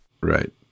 Right